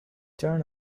turn